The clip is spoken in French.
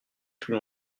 plus